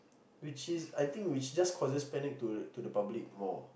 which is I think which just causes panic to to the public more